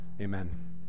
Amen